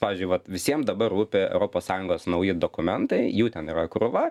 pavyzdžiui vat visiem dabar rūpi europos sąjungos nauji dokumentai jų ten yra krūva